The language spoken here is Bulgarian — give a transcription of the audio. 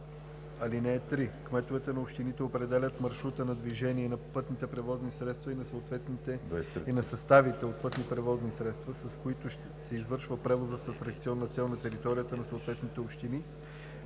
точка. (3) Кметовете на общини определят маршрута на движение на пътните превозни средства и на съставите от пътни превозни средства, с които се извършват превози с атракционна цел на територията на съответните общини,